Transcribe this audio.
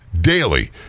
daily